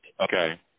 Okay